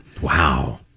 Wow